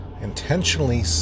intentionally